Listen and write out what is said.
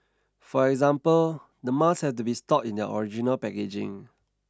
for example the masks have to be stored in their original packaging